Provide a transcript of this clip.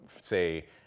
say